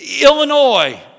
Illinois